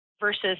versus